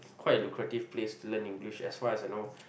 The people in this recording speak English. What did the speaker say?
quite a lucrative place to learn English as far as I know